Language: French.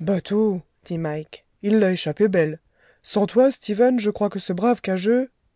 bateau dit mike il l'a échappé belle sans toi stephen je crois que ce brave